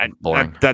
boring